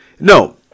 No